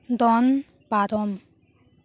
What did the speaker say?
ᱫᱚᱱ ᱯᱟᱨᱚᱢ